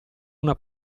una